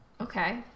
Okay